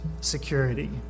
security